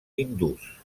hindús